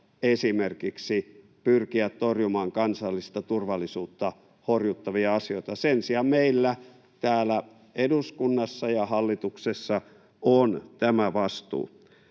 esimerkiksi pyrkiä torjumaan kansallista turvallisuutta horjuttavia asioita. Sen sijaan meillä täällä eduskunnassa ja hallituksessa on tämä vastuu.